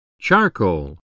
Charcoal